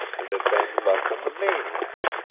and had been left on the main-hatch.